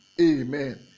Amen